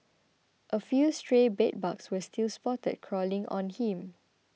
a few stray bedbugs were still spotted crawling on him